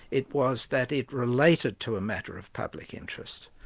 it was that it related to a matter of public interest.